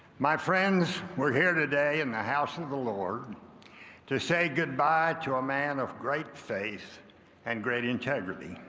my friends, we're here today in the house and of the lord to say good-bye to a man of great faith and great integrity.